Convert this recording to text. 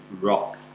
rock